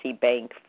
bank